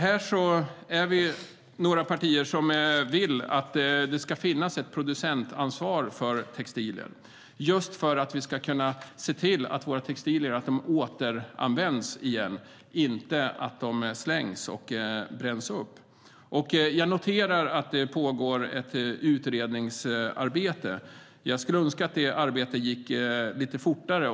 Vi är några partier som vill att det ska finnas ett producentansvar för textilier för att vi ska kunna se till att våra textilier återanvänds och inte slängs och bränns upp. Jag noterar att det pågår ett utredningsarbete. Jag skulle önska att det arbetet gick lite fortare.